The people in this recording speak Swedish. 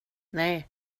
nej